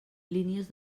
línies